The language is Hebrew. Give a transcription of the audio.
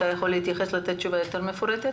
אתה יכול להתייחס ולענות תשובה יותר מפורטת?